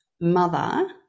mother